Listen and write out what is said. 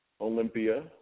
Olympia